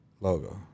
logo